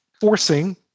forcing